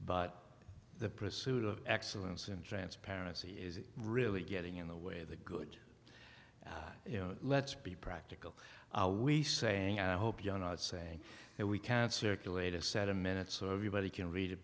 but the pursuit of excellence in transparency is really getting in the way the good you know let's be practical we saying i hope you're not saying that we can't circulate a set a minute so everybody can read it